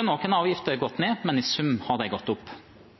Noen avgifter har gått ned, men i sum har de gått opp.